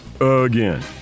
again